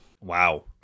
Wow